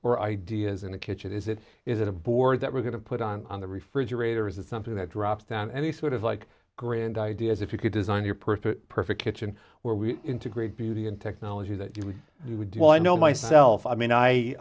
or ideas in a kitchen is it is it a board that we're going to put on the refrigerator or is it something that drops down any sort of like grand idea as if you could design your perfect perfect kitchen where we integrate beauty and technology that you would you would do well i know myself i mean i